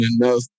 enough